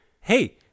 Hey